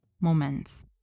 moments